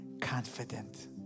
confident